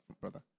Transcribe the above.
brother